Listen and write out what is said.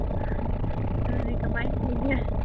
ꯑꯗꯨꯗꯤ ꯀꯃꯥꯏꯅ ꯇꯧꯅꯤ